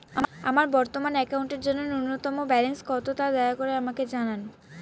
আমার বর্তমান অ্যাকাউন্টের জন্য ন্যূনতম ব্যালেন্স কত, তা দয়া করে আমাকে জানান